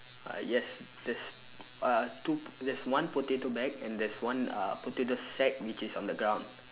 uh yes there's uh two there's one potato bag and there's one uh potato sack which is on the ground